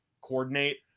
coordinate